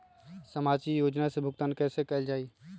सामाजिक योजना से भुगतान कैसे कयल जाई?